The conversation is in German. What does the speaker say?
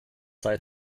sei